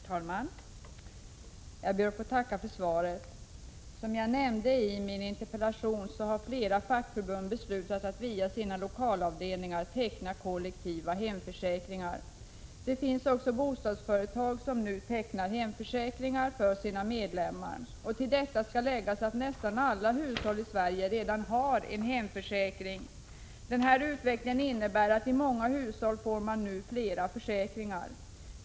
Herr talman! Jag ber att få tacka för svaret. Som jag nämnde i min interpellation har flera fackförbund beslutat att via sina lokalavdelningar teckna kollektiva hemförsäkringar. Det finns också bostadsföretag som nu tecknar hemförsäkringar för sina medlemmar. Till detta skall läggas att nästan alla hushåll i Sverige redan har en hemförsäkring. Denna utveckling innebär att man i många hushåll nu får flera försäkringar.